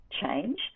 change